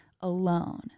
alone